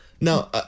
Now